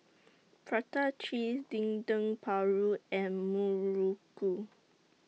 Prata Cheese Dendeng Paru and Muruku